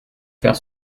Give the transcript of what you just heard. faire